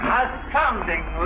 astounding